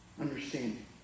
understanding